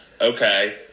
okay